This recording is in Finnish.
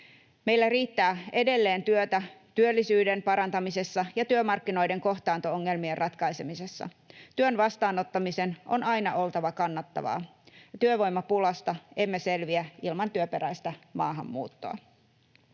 Meillä riittää edelleen työtä työllisyyden parantamisessa ja työmarkkinoiden kohtaanto-ongelmien ratkaisemisessa. Työn vastaanottamisen on aina oltava kannattavaa. Työvoimapulasta emme selviä ilman työperäistä maahanmuuttoa.